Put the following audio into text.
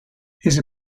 his